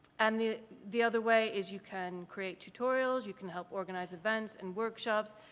and the the other way is you can create tutorials, you can help organize events and workshops,